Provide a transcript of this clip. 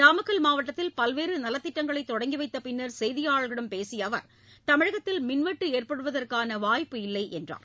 நாமக்கல் மாவட்டத்தில் பல்வேறு நலத்திட்டங்களை தொடங்கி வைத்த பின்னா் செய்தியாளா்களிடம் பேசிய அவர் தமிழகத்தில் மின்வெட்டு ஏற்படுவதற்கான வாய்ப்பில்லை என்றார்